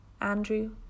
andrew